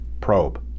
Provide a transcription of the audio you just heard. probe